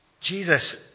Jesus